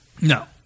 No